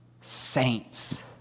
saints